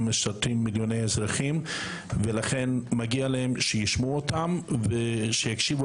הם משרתים מיליוני אזרחים ולכן מגיע להם שישמעו אותם ושיקשיבו